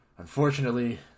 Unfortunately